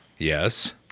Yes